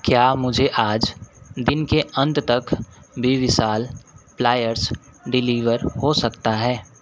क्या मुझे आज दिन के अंत तक बी विशाल प्लायर्स डिलीवर हो सकता है